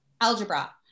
algebra